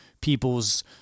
people's